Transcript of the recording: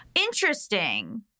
Interesting